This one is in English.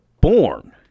born